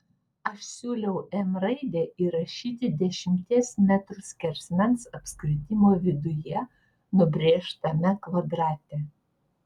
aš siūliau m raidę įrašyti dešimties metrų skersmens apskritimo viduje nubrėžtame kvadrate